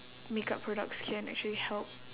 makeup products can actually help